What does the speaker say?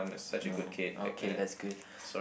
no okay that's good